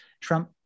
Trump